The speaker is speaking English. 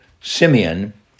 Simeon